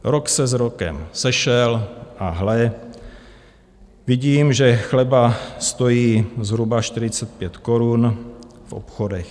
Rok se s rokem sešel, a hle, vidím, že chleba stojí zhruba 45 korun v obchodech.